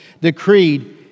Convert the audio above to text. decreed